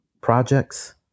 projects